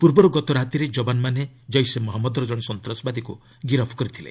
ପୂର୍ବରୁ ଗତ ରାତିରେ ଜୱାନମାନେ ଜୈସେ ମହଞ୍ଚନ୍ଦର ଜଣେ ସନ୍ତାସବାଦୀକୁ ଗିରଫ କରିଥିଲେ